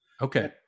Okay